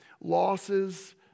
Losses